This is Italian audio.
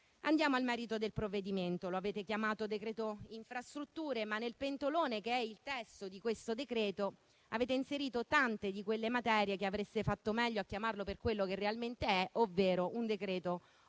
Andiamo al merito del provvedimento: lo avete chiamato decreto infrastrutture, ma nel pentolone che è il testo di questo decreto-legge avete inserito tante di quelle materie che avreste fatto meglio a chiamarlo per quello che realmente è, ovvero un decreto *omnibus*.